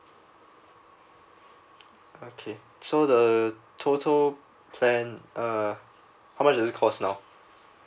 okay so the total plan uh how much is it cost now